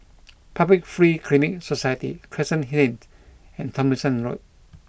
Public Free Clinic Society Crescent Lane and Tomlinson Road